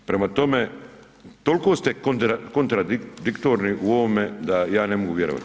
Prema tome, toliko ste kontradiktorni u ovome da ja ne mogu vjerovati.